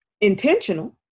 intentional